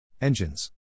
Engines